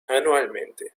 anualmente